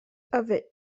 avait